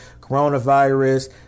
coronavirus